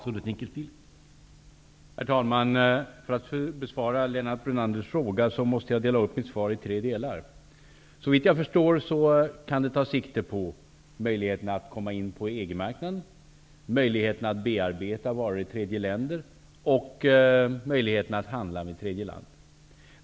Herr talman! För att besvara Lennart Brunanders fråga måste jag dela upp mitt svar i tre delar. Såvitt jag förstår kan det ta sikte på möjligheten att komma in på EG-marknaden, möjligheten att bearbeta varor i tredje länder och möjligheten att handla med tredje land.